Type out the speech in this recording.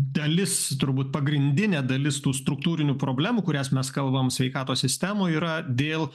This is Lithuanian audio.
dalis turbūt pagrindinė dalis tų struktūrinių problemų kurias mes kalbam sveikatos sistemoj yra dėl